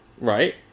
Right